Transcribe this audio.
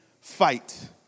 fight